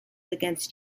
against